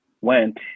went